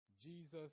Jesus